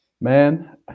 Man